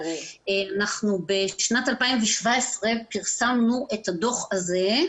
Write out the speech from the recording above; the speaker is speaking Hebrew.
אנחנו בשנת 2017 פרסמנו את הדוח הזה,